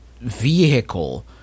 vehicle